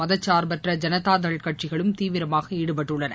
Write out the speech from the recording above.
மதச்சார்றபற்ற ஜனதாள் கட்சிகளும் தீவிரமாக ஈடுபட்டுள்ளன